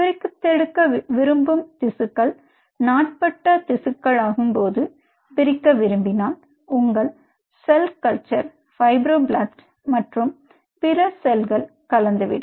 பிரித்தெடுக்க விரும்பும் திசுக்கள் நாட்பட்ட திசுக்குகளாகும்போது பிரிக்க விரும்பினால் உங்கள் செல் கல்ச்சர் ஃபைப்ரோபிளாஸ்ட் மற்றும் பிற செல்கள் கலந்து விடும்